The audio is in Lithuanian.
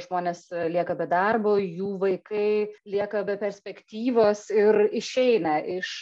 žmonės lieka be darbo jų vaikai lieka be perspektyvos ir išeina iš